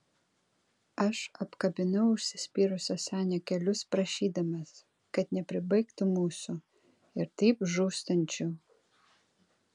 aš apkabinau užsispyrusio senio kelius prašydamas kad nepribaigtų mūsų ir taip žūstančių